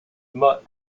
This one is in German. immer